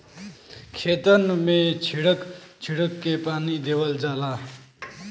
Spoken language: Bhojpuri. खेतन मे छीड़क छीड़क के पानी देवल जाला